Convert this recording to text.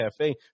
cafe